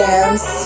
Dance